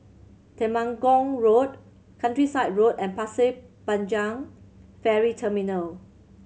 Temenggong Road Countryside Road and Pasir Panjang Ferry Terminal